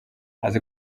azi